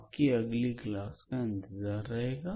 आपकी अगली क्लास का इंतजार रहेगा